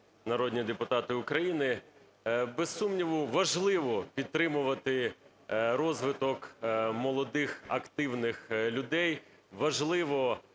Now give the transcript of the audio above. народні депутати України! Без сумніву, важливо підтримувати розвиток молодих активних людей,